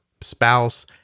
spouse